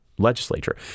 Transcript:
legislature